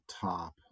top